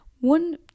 One